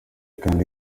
kandi